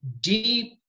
deep